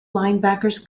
linebackers